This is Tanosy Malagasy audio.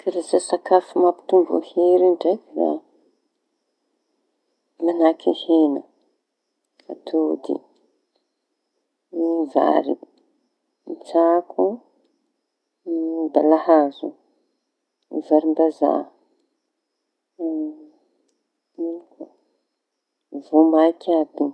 Karaza sakafo mampitombo hery ndraiky! Da mañahaky heña, atody, ny vary, tsako, ny balahazo, varim-bazaha ino koa voamaiky aby io.